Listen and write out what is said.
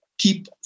keep